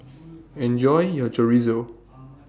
Enjoy your Chorizo